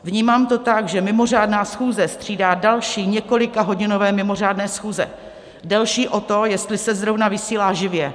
Vnímám to tak, že mimořádná schůze střídá další několikahodinové mimořádné schůze, delší o to, jestli se zrovna vysílá živě.